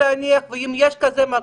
ואם יש כזה מכשיר,